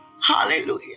Hallelujah